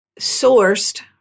sourced